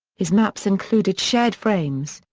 his maps included shared frames,